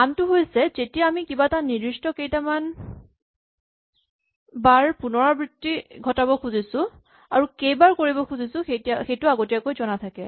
আনটো হৈছে যেতিয়া আমি কিবা নিৰ্দিষ্ট কেইটামান বাৰ পুণৰাবৃত্তি ঘটাব খুজো আৰু কেইবাৰ কৰিব খুজিছো সেইটো আগতীয়াকৈ জনা থাকে